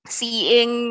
seeing